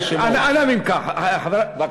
אני פוחד